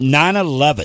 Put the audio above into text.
9-11